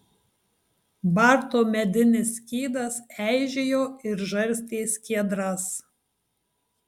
barto medinis skydas eižėjo ir žarstė skiedras